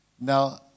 Now